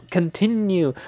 Continue